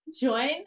Join